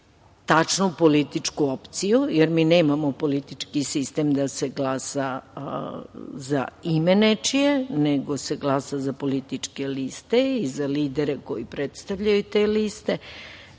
tačnu političku opciju, jer mi nemamo politički sistem da se glasa za ime nečije, nego se glasa za političke liste i za lidere koji predstavljaju te liste. Tako